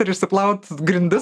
ir išsiplaut grindis